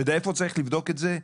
אתה יודע איפה צריך לבדוק את זה?